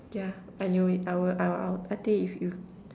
yeah I knew it I will I I think if you